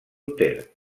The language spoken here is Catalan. ter